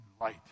light